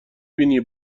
بینی